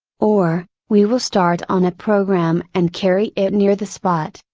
or, we will start on a program and carry it near the spot,